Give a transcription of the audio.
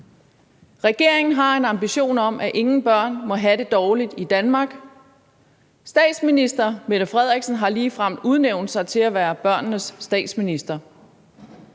Regeringen har en ambition om, at ingen børn må have det dårligt i Danmark. Statsminister Mette Frederiksen har ligefrem udnævnt sig til at være børnenes statsminister.